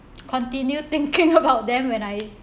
continue thinking about them when I